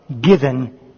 given